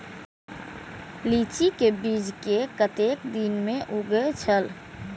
लीची के बीज कै कतेक दिन में उगे छल?